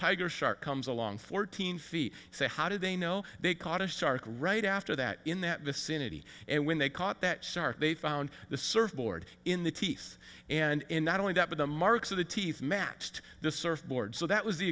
tiger shark comes along fourteen feet so how do they know they caught a shark right after that in that vicinity and when they caught that shark they found the surfboard in the teeth and not only that but the marks of the teeth matched the surfboard so that was the